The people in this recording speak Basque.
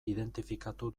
identifikatu